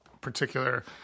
particular